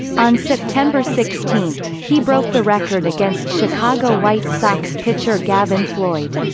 on september sixteen, he broke the record against chicago white sox pitcher gavin floyd.